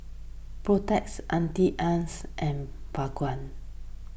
Protex Auntie Anne's and Bawang